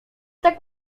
tak